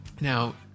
Now